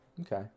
Okay